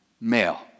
Male